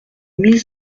mille